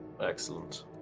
Excellent